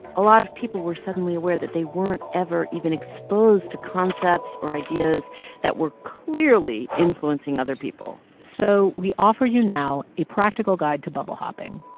a lot of people were suddenly aware that they weren't ever even exposed to concepts or ideas that were clearly influencing other people so we offer you now a practical guide to bubble hopping.